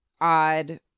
odd